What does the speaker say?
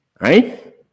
right